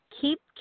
keep